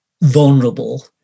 vulnerable